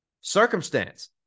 circumstance